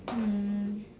mm